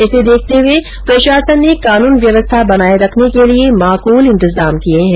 इसे देखते हुए प्रशासन ने कानुन व्यवस्था बनाये रखने के लिये माकुल इंतजाम किये है